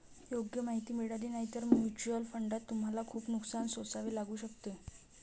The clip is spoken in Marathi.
योग्य माहिती मिळाली नाही तर म्युच्युअल फंडात तुम्हाला खूप नुकसान सोसावे लागू शकते